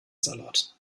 salat